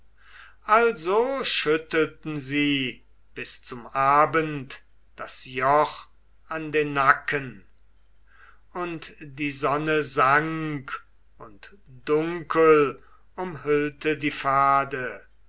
also schüttelten sie bis zum abend das joch an den nacken und die sonne sank und dunkel umhüllte die pfade